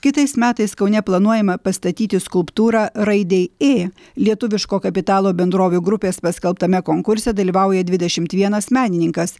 kitais metais kaune planuojama pastatyti skulptūrą raidei ė lietuviško kapitalo bendrovių grupės paskelbtame konkurse dalyvauja dvidešimt vienas menininkas